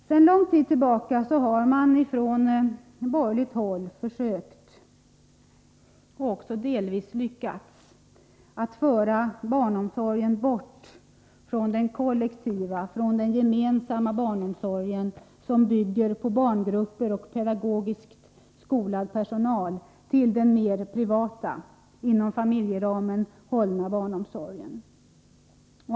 Sedan lång tid tillbaka har man från borgerligt håll försökt — och också delvis lyckats — föra barnomsorgen bort från den kollektiva, gemensamma barnomsorgen, som bygger på barngrupper och pedagogiskt skolad personal, till den mer privata, inom familjeramen hållna barnomsorgen.